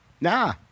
Nah